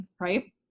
right